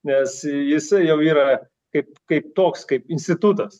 nes jisai jau yra kaip kaip toks kaip institutas